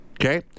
Okay